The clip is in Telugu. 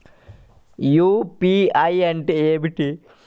యూ.పీ.ఐ అంటే ఏమిటీ?